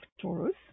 Taurus